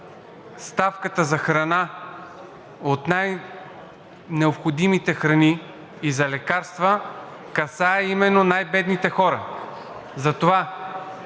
ставката за храна, за най-необходимите храни и за лекарства, касае именно най-бедните хора.